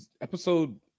Episode